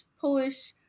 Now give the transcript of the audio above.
Polish